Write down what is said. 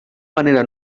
manera